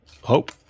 Hope